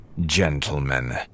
Gentlemen